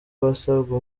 wasabwe